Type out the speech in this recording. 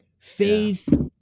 Faith